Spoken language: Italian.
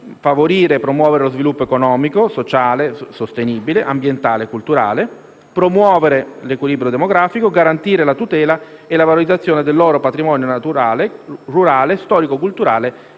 favorire e promuovere lo sviluppo economico-sociale sostenibile, ambientale e culturale dei piccoli Comuni; promuovere l'equilibrio demografico; garantire la tutela e la valorizzazione del loro patrimonio naturale, rurale, storico-culturale e